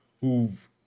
who've